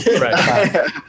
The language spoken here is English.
Right